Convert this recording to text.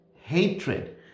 hatred